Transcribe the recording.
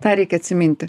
tą reikia atsiminti